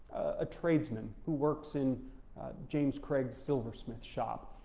a tradesman who works in james craig's silversmith shop,